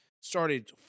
started